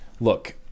look